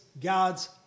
God's